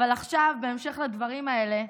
אבל עכשיו, בהמשך לדברים האלה,